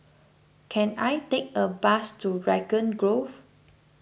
can I take a bus to Raglan Grove